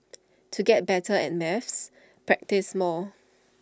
to get better at maths practise more